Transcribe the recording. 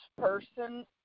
person